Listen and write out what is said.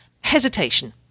hesitation